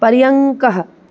पर्यङ्कः